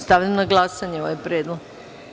Stavljam na glasanje ovaj predlog.